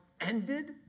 ended